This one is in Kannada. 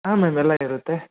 ಹಾಂ ಮ್ಯಾಮ್ ಎಲ್ಲ ಇರುತ್ತೆ